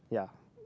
yeah